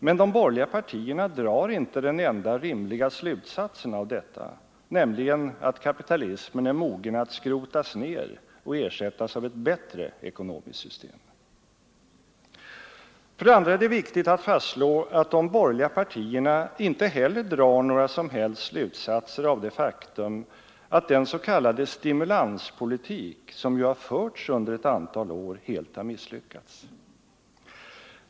Men de borgerliga partierna drar inte den enda rimliga slutsatsen av detta, nämligen att kapitalismen är mogen att skrotas ner och ersättas av ett bättre ekonomiskt system. För det andra är det viktigt att fastslå, att de borgerliga partierna inte heller drar några som helst slutsatser av det faktum att den s.k. stimulanspolitik, som förts under ett antal år, helt har misslyckats.